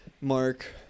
Mark